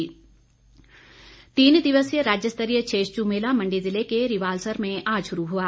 छेश्चू मेला तीन दिवसीय राज्य स्तरीय छेश्चू मेला मंडी जिले के रिवालसर में आज शुरू हुआ